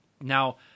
now